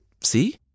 see